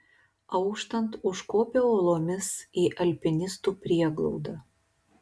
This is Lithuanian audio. auštant užkopiau uolomis į alpinistų prieglaudą